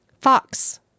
Fox